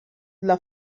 dla